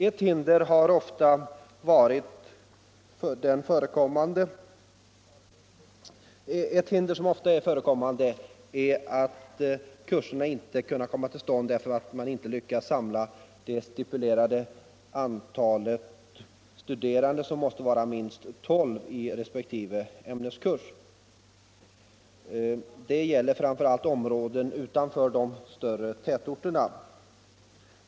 Ett ofta förekommande hinder har varit att kurserna inte kunnat komma till stånd därför att man inte lyckats samla det stipulerade antalet studerande som måste vara minst tolv i resp. ämneskurs. Det gäller framför allt områden utanför de större tätorterna.